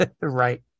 Right